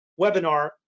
webinar